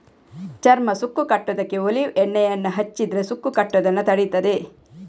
ಚರ್ಮ ಸುಕ್ಕು ಕಟ್ಟುದಕ್ಕೆ ಒಲೀವ್ ಎಣ್ಣೆಯನ್ನ ಹಚ್ಚಿದ್ರೆ ಸುಕ್ಕು ಕಟ್ಟುದನ್ನ ತಡೀತದೆ